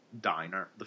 diner